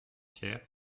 hier